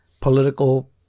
political